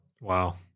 Wow